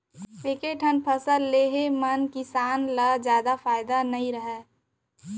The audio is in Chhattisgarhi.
एके ठन फसल ले म किसान ल जादा फायदा नइ रहय